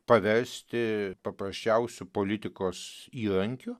paversti paprasčiausiu politikos įrankiu